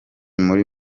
muri